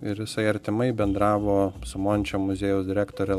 ir jisai artimai bendravo su mončio muziejaus direktore